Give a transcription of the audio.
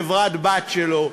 חברה בת שלו,